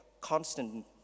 constant